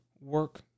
work